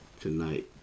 tonight